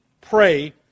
pray